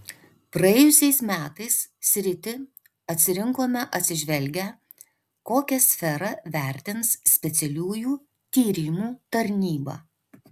praėjusiais metais sritį atsirinkome atsižvelgę kokią sferą vertins specialiųjų tyrimų tarnyba